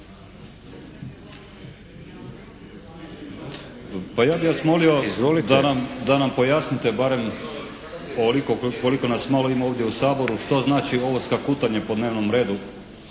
Pa ja bi vas molio da nam pojasnite barem onoliko koliko nas malo ima ovdje u Saboru, što znači ovo skakutanje po dnevnom redu,